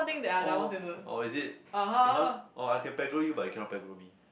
oh oh is it !huh! orh I can pegro you but you cannot pegro me